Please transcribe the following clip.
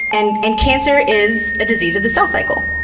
and and cancer is a disease of the cell cycle.